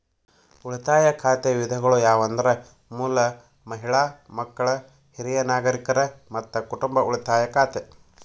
ಉಳಿತಾಯ ಖಾತೆ ವಿಧಗಳು ಯಾವಂದ್ರ ಮೂಲ, ಮಹಿಳಾ, ಮಕ್ಕಳ, ಹಿರಿಯ ನಾಗರಿಕರ, ಮತ್ತ ಕುಟುಂಬ ಉಳಿತಾಯ ಖಾತೆ